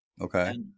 Okay